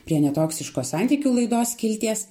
prie netoksiškos santykių laidos skilties